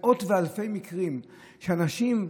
יש מאות ואלפי מקרים שבהם אנשים,